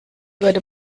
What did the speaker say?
würde